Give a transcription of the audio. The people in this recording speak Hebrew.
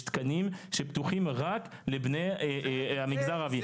יש תקנים שפתוחים רק לבני המגזר הערבי.